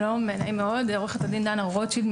אני עו"ד דנה רוטשילד,